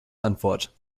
antwort